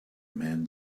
men